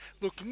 look